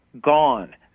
gone